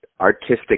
artistic